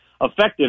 effective